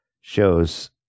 shows